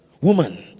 Woman